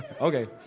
Okay